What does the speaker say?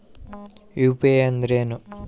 UPI ಅಂದ್ರೇನು?